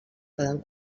poden